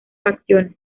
facciones